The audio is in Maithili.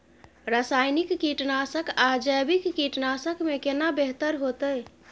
रसायनिक कीटनासक आ जैविक कीटनासक में केना बेहतर होतै?